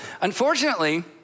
Unfortunately